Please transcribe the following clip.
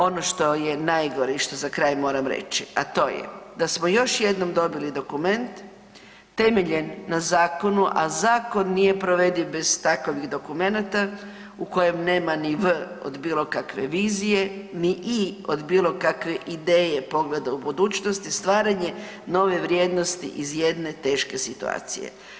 Ono što je najgore i što za kraj moram reći, a to je da smo još jednom dobili dokument temeljem na zakonu, a zakon nije provediv bez takovih dokumenata u kojem nema ni V od bilo kakve vizije, ni I od bilo kakve ideje pogleda u budućnosti, stvaranje nove vrijednosti iz jedne teške situacije.